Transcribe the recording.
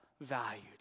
valued